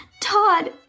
Todd